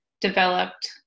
developed